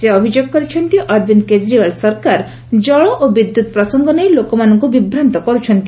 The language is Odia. ସେ ଅଭିଯୋଗ କରିଛନ୍ତି ଅରବିନ୍ଦ କେଜରିଓ୍ବାଲ ସରକାର ଜଳ ଓ ବିଦ୍ୟୁତ୍ ପ୍ରସଙ୍ଗ ନେଇ ଲୋକମାନଙ୍କୁ ବିଭ୍ରାନ୍ତ କରୁଛନ୍ତି